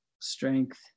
strength